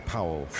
Powell